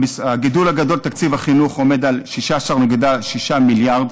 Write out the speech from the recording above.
הגידול הגדול בתקציב החינוך עומד על 16.6 מיליארד,